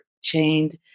chained